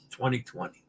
2020